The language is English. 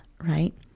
right